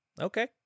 Okay